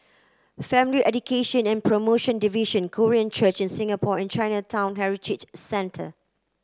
Family Education and Promotion Division Korean Church in Singapore and Chinatown Heritage Centre